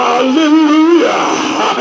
Hallelujah